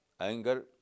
anger